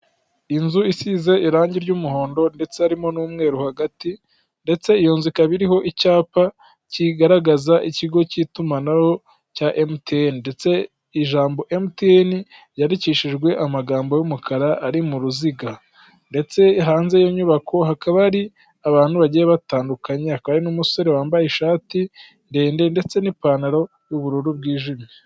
Inzu isize irangi ry'umuhondo ndetse harimo n'umweru hagati ndetse iyo nzu ikaba iriho icyapa kigaragaza ikigo cy'itumanaho cya emutiyeni ndetse ijambo emutiyeni ryandikishijwe amagambo y'umukara ari mu ruziga ndetse hanze y'iyo nyubako hakaba hari abantu bagiye batandukanye hakaba hari n'umusore wambaye ishati ndende ndetse n'ipantaro yu'bururu bwijimye.